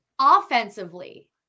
offensively